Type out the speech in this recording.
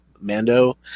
Mando